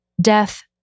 Death